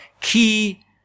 key